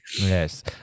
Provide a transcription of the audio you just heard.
Yes